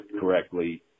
correctly